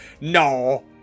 no